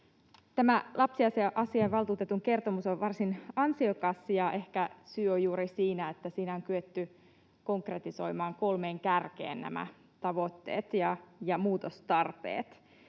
Tämä lapsiasiainvaltuutetun kertomus on varsin ansiokas, ja ehkä syy on juuri siinä, että siinä on kyetty konkretisoimaan kolmen kärkeen nämä tavoitteet ja muutostarpeet.